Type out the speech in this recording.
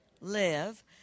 live